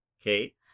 Kate